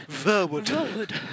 Verwood